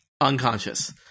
unconscious